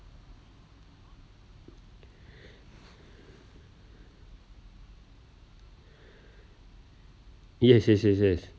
yes yes yes yes